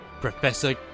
Professor